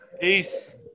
Peace